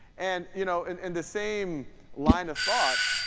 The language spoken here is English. and you know and in the same line of thought,